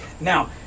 Now